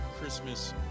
Christmas